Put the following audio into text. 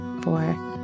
four